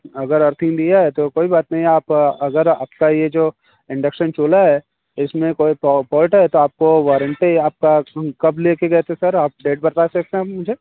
अगर अर्थिंग दिया है तो कोई बात नहीं आप अगर आपका ये जो इंडक्शन चूल्हा है इसमें कोई फा फॉल्ट है तो आपको वारंटी आपका कब लेकर गए थे सर आप डेट बता सकते हैं आप मुझे